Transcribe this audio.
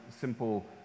simple